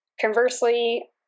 conversely